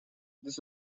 this